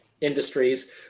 industries